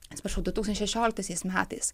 atsiprašau du tūkstančiai šešioliktaisiais metais